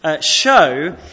show